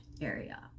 area